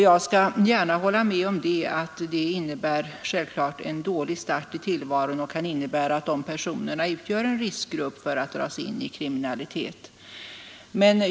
Jag skall gärna hålla med om att personer med en dålig start i tillvaron självklart kan utgöra en riskgrupp som kan dras in i kriminalitet.